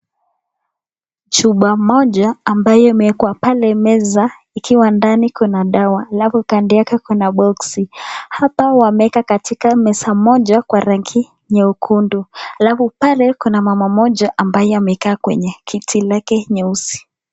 Chupa moja ambaye imewekwa pale meza ikiwa ndani kuna dawa alafu kando yake kuna boksi. Hapa wameweka katika meza moja kwa rangi nyeukundu. Alafu pale kuna mama mmoja ambaye amekaa kwenye kiti lake nyeusi.